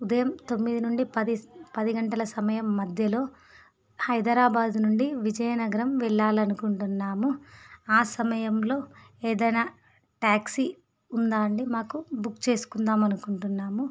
ఉదయం తొమ్మిది నుండి పది పది గంటల సమయం మధ్యలో హైదరా నుండి విజయనగరం వెళ్ళాలి అనుకుంటుంన్నాము ఆ సమయంలో ఏదైనా టాక్సీ ఉందా అండి మాకు బుక్ చేసుకుందాం అనుకుంటున్నాము